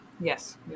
Yes